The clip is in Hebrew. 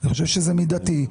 אני חושב שזה מידתי.